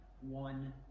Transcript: one